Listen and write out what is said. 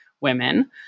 women